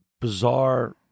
bizarre